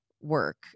work